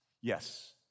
Yes